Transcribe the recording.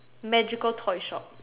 magical toy shop